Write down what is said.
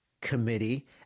Committee